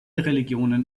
religionen